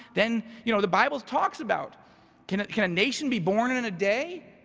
then you know the bible talks about can can a nation be born in in a day?